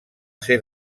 ser